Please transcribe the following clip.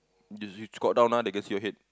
which is you squat down ah they can see your head